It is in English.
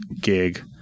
gig